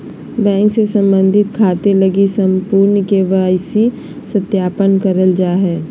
bank से संबंधित खाते लगी संपूर्ण के.वाई.सी सत्यापन करल जा हइ